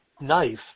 knife